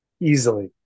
easily